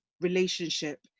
relationship